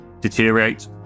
deteriorate